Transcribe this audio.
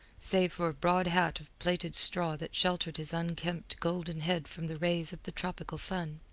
save for a broad hat of plaited straw that sheltered his unkempt golden head from the rays of the tropical sun.